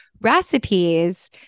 recipes